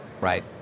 Right